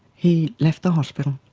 he left the hospital.